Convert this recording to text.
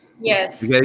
yes